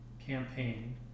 campaign